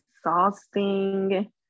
exhausting